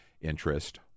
interest